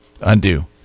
undo